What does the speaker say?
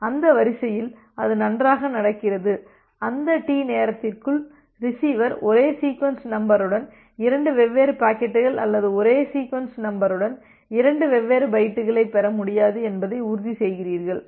அந்த வரிசையில் அது நன்றாக நடக்கிறது அந்த டி நேரத்திற்குள் ரிசீவர் ஒரே சீக்வென்ஸ் நம்பருடன் இரண்டு வெவ்வேறு பாக்கெட்டுகள் அல்லது ஒரே சீக்வென்ஸ் நம்பருடன் இரண்டு வெவ்வேறு பைட்டுகளை பெற முடியாது என்பதை உறுதி செய்கிறீர்கள்